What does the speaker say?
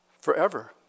forever